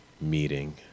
meeting